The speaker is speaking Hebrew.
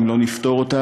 אם לא נפתור אותה,